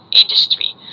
industry